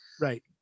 right